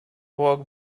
walk